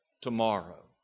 tomorrow